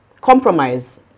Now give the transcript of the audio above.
compromise